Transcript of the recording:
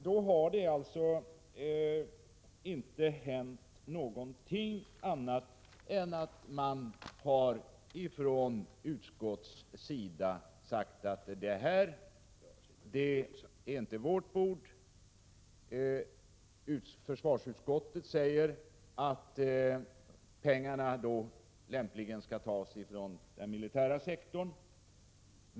Det har alltså inte hänt något annat än att man från utskottets sida sagt: Det här är inte vårt bord. Försvarsutskottet säger att pengarna lämpligen skall tas från den militära sektorn.